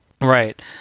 Right